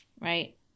right